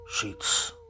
Sheets